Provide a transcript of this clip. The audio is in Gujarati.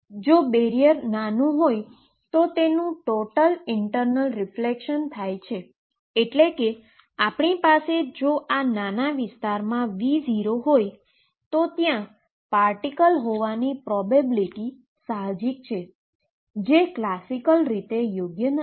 જો બેરીઅર નાનું હોય તો તેનું ટોટલ એન્ટરનલ રીફ્લેક્શન થાય છે એટલે કે આપણી પાસે જો આ નાના વિસ્તારમાં V0 હોય તો ત્યાં પાર્ટીકલ હોવાની પ્રોબેબીલીટી સાહજીક છે જે ક્લાસિકલ રીતે યોગ્ય નથી